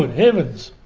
heavens,